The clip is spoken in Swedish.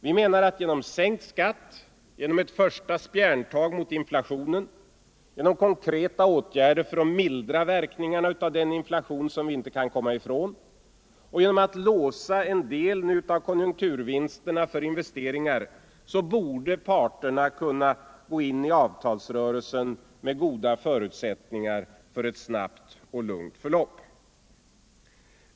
Vi menar att genom sänkt skatt, genom ett första spjärntag mot inflationen, genom konkreta åtgärder för att mildra verkningarna av den inflation som vi inte kan komma ifrån samt genom att låsa en del av konjunkturvinsterna för investeringar borde parterna gå in i avtalsrörelsen med goda förutsättningar för ett snabbt och lugnt förlopp.